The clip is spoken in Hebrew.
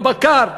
את הבקר.